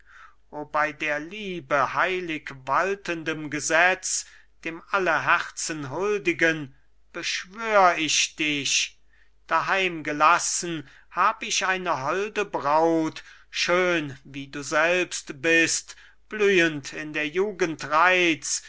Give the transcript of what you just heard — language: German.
bei der liebe heilig waltendem gesetz dem alle herzen huldigen beschwör ich dich daheimgelassen hab ich eine holde braut schön wie du selbst bist blühend in der jugend reiz